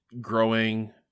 growing